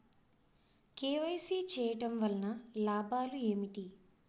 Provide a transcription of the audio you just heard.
KYC చేయటం వలన లాభాలు ఏమిటి?